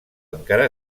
encara